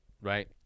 right